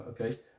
okay